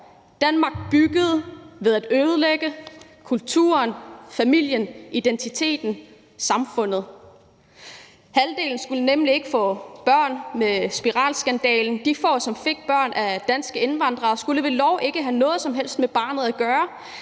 Danmark byggede ved at ødelægge kulturen, familien, identiteten og samfundet. Halvdelen skulle nemlig med spiralskandalen ikke få børn. De få, som fik børn med danske indvandrere, skulle ved lov ikke have noget som helst med barnet at gøre.